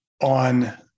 on